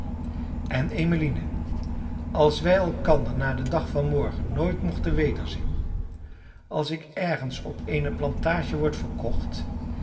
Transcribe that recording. en emmeline als wij elkander na den dag van morgen nooit mochten wederzien als ik ergens op eene plantage word verkocht